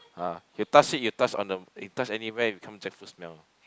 ah you touch it you touch on the you touch anywhere it become jackfruit smell